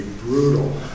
brutal